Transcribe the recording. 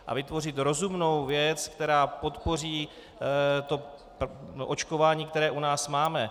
A vytvořit rozumnou věc, která podpoří očkování, které u nás máme.